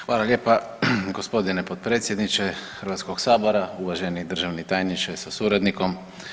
Hvala lijepa gospodine potpredsjedniče Hrvatskog sabora, uvaženi državni tajniče sa suradnikom.